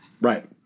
Right